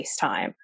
FaceTime